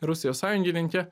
rusijos sąjungininkė